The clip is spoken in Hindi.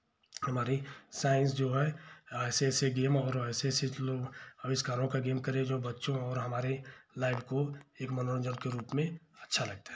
हमारी साइंस जो है ऐसे ऐसे गेम और ऐसे ऐसे स्लोग अविष्कारों का गेम करे जो बच्चों और हमारे लाइफ को एक मनोरंजन के रूप में अच्छा लगता है